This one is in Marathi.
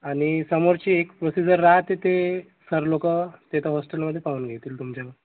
आणि समोरची एक प्रोसिजर राहाते ते सर लोक ते तर हॉस्टेलमध्ये पाहून घेतील तुमच्या